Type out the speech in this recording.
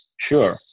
sure